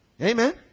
amen